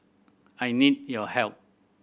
I need your help